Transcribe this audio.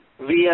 via